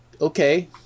okay